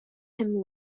him